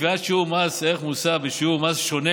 קביעת מס ערך מוסף בשיעור מס שונה